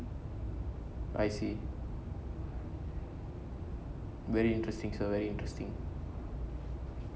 I see very interesting so very interesting